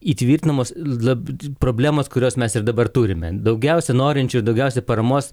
įtvirtinamos lab problemos kurios mes ir dabar turime daugiausia norinčių ir daugiausiai paramos